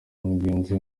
mugenzi